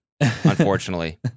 unfortunately